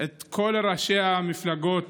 את כל ראשי המפלגות